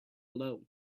low